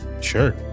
sure